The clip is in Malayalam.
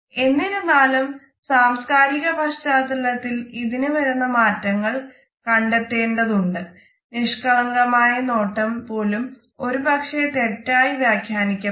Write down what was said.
എന്നിരുന്നാലും സാംസ്കാരിക പശ്ചാത്തലത്തിൽ ഇതിന് വരുന്ന മാറ്റങ്ങൾ കണ്ടെത്തേണ്ടതുണ്ട് നിഷ്കളങ്കമായ നോട്ടം പോലും ഒരു പക്ഷെ തെറ്റായി വ്യാഖ്യാനിക്കപ്പെടുന്നു